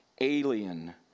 alien